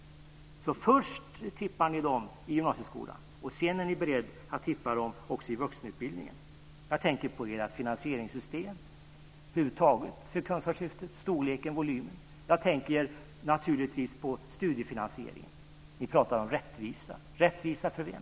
Först tippar ni dem i gymnasieskolan. Sedan är ni beredda att tippa dem också i vuxenutbildningen. Jag tänker på ert finansieringssystem över huvud taget för Kunskapslyftet och på storleken och volymen. Jag tänker naturligtvis på studiefinansieringen. Ni pratar om rättvisa. Rättvisa för vem?